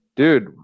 Dude